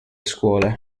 scuole